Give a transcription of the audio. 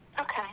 Okay